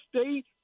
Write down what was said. state